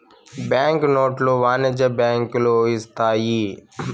bank నోట్లు వాణిజ్య బ్యాంకులు ఇత్తాయి